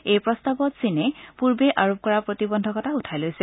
এই প্ৰস্তাৱত চীনে পূৰ্বে আৰোপ কৰা প্ৰতিবদ্ধকতা উঠাই লৈছে